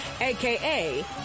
aka